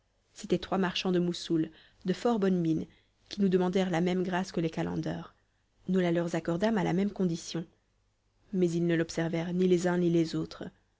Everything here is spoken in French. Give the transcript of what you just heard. c'étaient trois marchands de moussoul de fort bonne mine qui nous demandèrent la même grâce que les calenders nous la leur accordâmes à la même condition mais ils ne l'observèrent ni les uns ni les autres